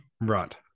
right